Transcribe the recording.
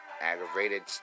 aggravated